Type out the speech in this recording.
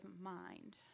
mind